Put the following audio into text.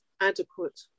adequate